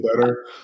better